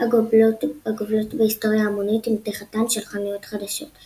הגובלות בהיסטריה המונית עם פתיחתן של חנויות חדשות.